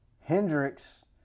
Hendrix